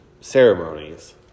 ceremonies